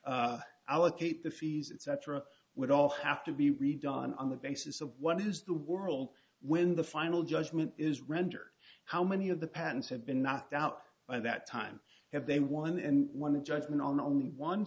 to allocate the fees etc would all have to be redone on the basis of what is the world when the final judgment is rendered how many of the patents have been knocked out by that time have they won and won a judgment on only one